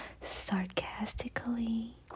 sarcastically